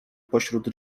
pośród